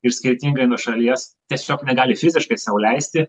ir skirtingai nuo šalies tiesiog negali fiziškai sau leisti